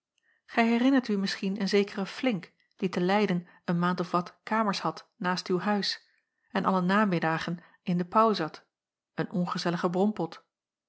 gij herinnert u misschien een zekeren flinck die te leyden een maand of wat kamers had naast uw huis en alle namiddagen in de paauw zat een ongezelligen brompot